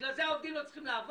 בגלל זה העובדים לא צריכים לעבוד?